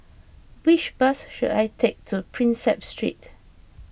which bus should I take to Prinsep Street